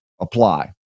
apply